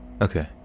okay